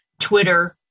Twitter